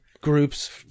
groups